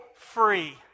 free